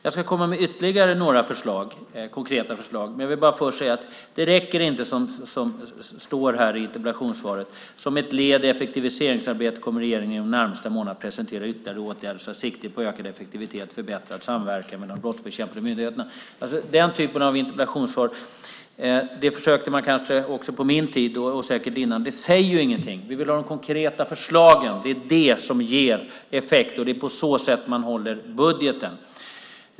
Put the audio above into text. Jag ska komma med ytterligare några konkreta förslag, men jag vill bara först säga att det som står i interpellationssvaret inte räcker: "Som ett led i effektiviseringsarbetet kommer regeringen inom de närmaste månaderna att presentera ytterligare åtgärder som tar sikte på ökad effektivitet och förbättrad samverkan mellan de brottsbekämpande myndigheterna." Den typen av interpellationssvar försökte man sig kanske på även på min tid och säkert innan dess, men det säger ingenting. Vi vill ha de konkreta förslagen. Det är de som ger effekt, och det är på så sätt man håller budgeten.